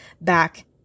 back